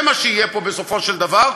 זה מה שיהיה פה בסופו של דבר.